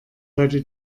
heute